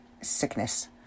sickness